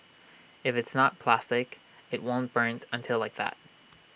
if it's not plastic IT won't burn until like that